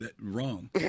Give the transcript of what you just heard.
wrong